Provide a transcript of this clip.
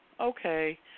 okay